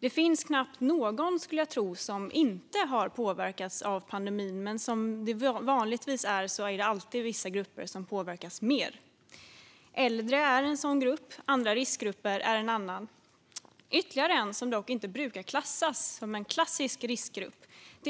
Det finns knappt någon som inte har påverkats av pandemin, skulle jag tro, men som alltid är det vissa grupper som påverkas mer. Äldre är en sådan grupp, och det finns även andra riskgrupper. En grupp som inte brukar klassas som en klassisk riskgrupp